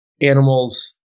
animals